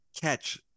catch